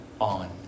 on